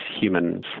humans